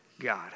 God